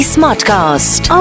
Smartcast